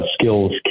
skills